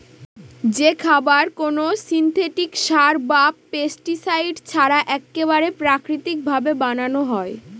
যে খাবার কোনো সিনথেটিক সার বা পেস্টিসাইড ছাড়া এক্কেবারে প্রাকৃতিক ভাবে বানানো হয়